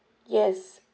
yes